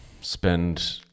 spend